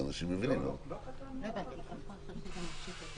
עוד לא התקנות עצמן,